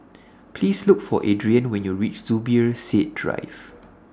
Please Look For Adrienne when YOU REACH Zubir Said Drive